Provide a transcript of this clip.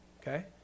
okay